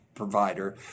provider